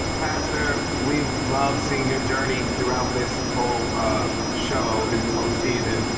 pastor, we've loved seeing your journey throughout this whole show and this whole season.